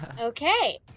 Okay